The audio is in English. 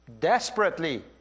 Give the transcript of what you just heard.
desperately